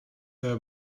their